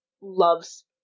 loves